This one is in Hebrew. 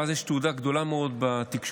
ואז יש תהודה גדולה מאוד בתקשורת,